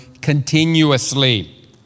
continuously